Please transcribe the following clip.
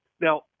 Now